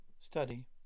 Study